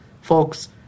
Folks